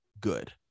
good